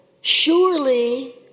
surely